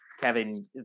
Kevin